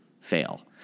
fail